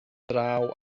draw